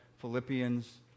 Philippians